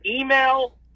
email